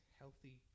healthy